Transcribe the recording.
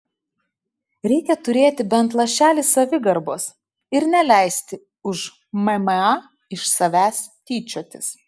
reikia turėti bent lašelį savigarbos ir neleisti už mma iš savęs tyčiotis